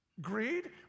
Greed